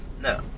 no